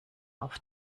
auf